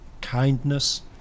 kindness